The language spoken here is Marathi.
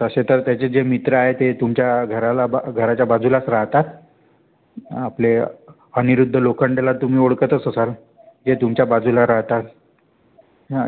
तसे तर त्याचे जे मित्र आहे ते तुमच्या घराला बा घराच्या बाजूलाच राहतात आपले अनिरुद्ध लोखंडेला तुम्ही ओळखतच असाल जे तुमच्या बाजूला राहतात